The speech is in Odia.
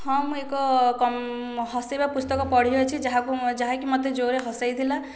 ହଁ ମୁଁ ଏକ କମ ହସେଇବା ପୁସ୍ତକ ପଢ଼ିଅଛି ଯାହାକୁ ମୁଁ ଯାହାକି ମୋତେ ଜୋରେ ହସାଇଥିଲା